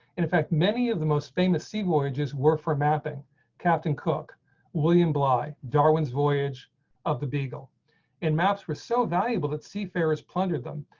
in fact, many of the most famous see voyages work for mapping captain william bly darwin's voyage of the beagle in maps was so valuable that seafarers plundered them.